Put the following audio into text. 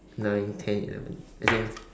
nine ten eleven as in